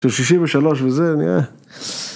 שישים ושלוש וזה נראה